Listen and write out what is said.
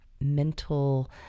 mental